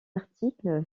article